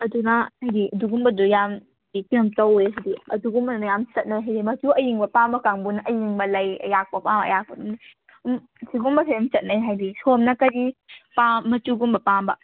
ꯑꯗꯨꯅ ꯍꯥꯏꯗꯤ ꯑꯗꯨꯒꯨꯝꯕꯗꯨ ꯌꯥꯝ ꯇꯧꯋꯦ ꯍꯥꯏꯗꯤ ꯑꯗꯨꯒꯨꯝꯕꯅ ꯌꯥꯝ ꯆꯠꯅꯩ ꯍꯥꯏꯗꯤ ꯃꯆꯨ ꯑꯌꯤꯡꯕ ꯄꯥꯝꯕ ꯀꯥꯡꯕꯨꯅ ꯑꯌꯤꯡꯕ ꯂꯩ ꯑꯌꯥꯛꯄ ꯄꯥꯝꯕꯅ ꯑꯌꯥꯛꯄ ꯑꯗꯨꯝ ꯁꯤꯒꯨꯝꯕꯁꯦ ꯑꯗꯨꯝ ꯆꯠꯅꯩ ꯍꯥꯏꯗꯤ ꯁꯣꯝꯅ ꯀꯔꯤ ꯃꯆꯨꯒꯨꯝꯕ ꯄꯥꯝꯕ